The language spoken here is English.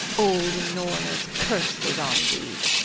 old norna's curse is on thee.